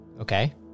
Okay